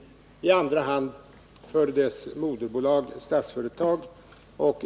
I andra hand tillkommer den uppgiften dess moderbolag Statsföretag.